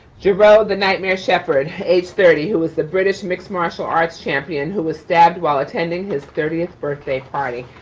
jiro, the nightmare shepherd age thirty, who was the british mixed martial arts champion, who was stabbed while attending his thirtieth birthday party.